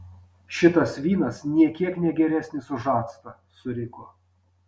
šitas vynas nė kiek ne geresnis už actą suriko